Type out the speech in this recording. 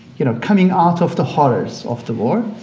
you know, coming out of the horrors of the war.